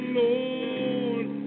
lord